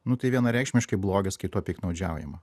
nu tai vienareikšmiškai blogis kai tuo piktnaudžiaujama